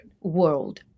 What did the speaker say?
world